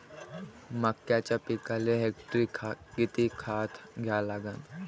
मक्याच्या पिकाले हेक्टरी किती खात द्या लागन?